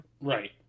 Right